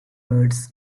birds